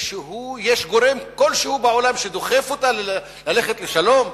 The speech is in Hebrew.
שיש גורם כלשהו בעולם שדוחף אותה ללכת לשלום.